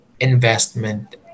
investment